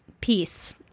peace